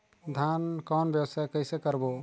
धान कौन व्यवसाय कइसे करबो?